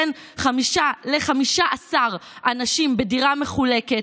בין חמישה ל-15 אנשים בדירה מחולקת.